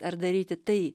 ar daryti tai